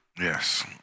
yes